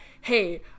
hey